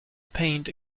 pained